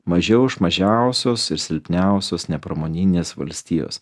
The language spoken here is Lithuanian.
mažiau už mažiausios ir silpniausios nepramoninės valstijos